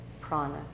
prana